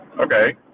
Okay